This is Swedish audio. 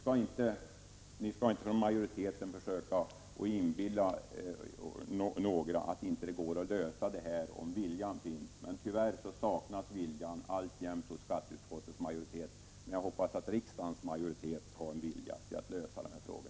Majoriteten skall inte försöka inbilla någon att det inte går att lösa denna fråga om viljan finns. Men tyvärr saknas viljan alltjämt hos skatteutskottets majoritet. Jag hoppas att riksdagens majoritet har en vilja att lösa denna fråga.